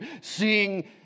seeing